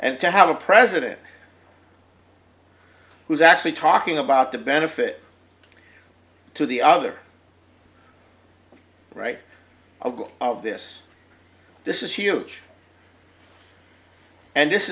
and to have a president who's actually talking about the benefit to the other right i'll go of this this is huge and this